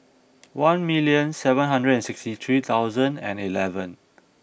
one million seven hundred and sixty three thousand and eleven